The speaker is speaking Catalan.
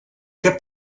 què